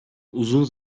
uzun